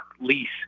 lease